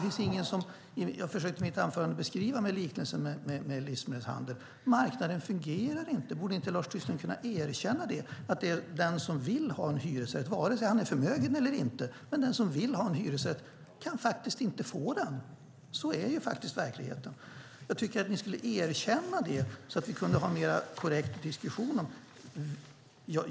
I mitt anförande försökte jag beskriva det med hjälp av liknelsen med livsmedelshandeln. Marknaden fungerar inte. Borde inte Lars Tysklind kunna erkänna att den som vill ha en hyresrätt, vare sig han är förmögen eller inte, faktiskt inte kan få den? Sådan är verkligheten. Jag tycker att ni skulle erkänna det så att vi kunde ha en mer korrekt diskussion.